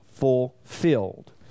fulfilled